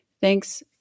Thanks